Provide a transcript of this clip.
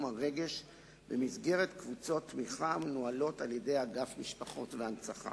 הרגש במסגרת קבוצות תמיכה המנוהלות על-ידי אגף משפחות והנצחה.